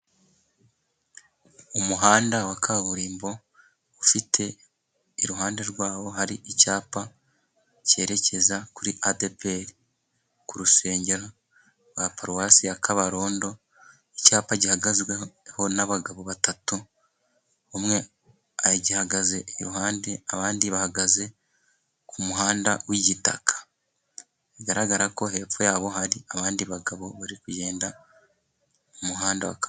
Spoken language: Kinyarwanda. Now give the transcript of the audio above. Umuhanda wa kaburimbo ufite iruhande rwawo hari icyapa cyerekeza kuri adeperi ,ku rusengero rwa paruwasi ya kabarondo, icyapa gihagazweho n'abagabo batatu, umwe agihagaze iruhande abandi bahagaze ku muhanda w'igitaka ,bigaragara ko hepfo yabo hari abandi bagabo bari kugenda mumuhanda wa kaburimbo.